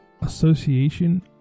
Association